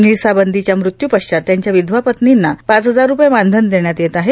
मिसा बंदीच्या मृत्यू पश्चात त्यांच्या विधवा पत्नींना पाच हजार रुपये मानधन देण्यात येत आहे